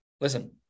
Listen